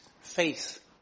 faith